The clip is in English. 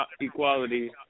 equality